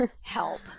help